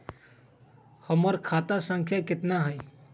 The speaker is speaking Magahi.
हमर खाता संख्या केतना हई?